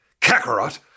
Kakarot